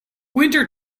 winter